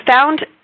found